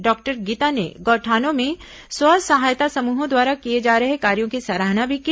doctor Geeta ने गौठानों में स्व सहायता समूहों द्वारा किए जा रहे कार्यो की सराहना भी की